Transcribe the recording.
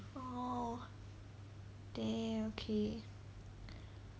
oh damn okay